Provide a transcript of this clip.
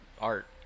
art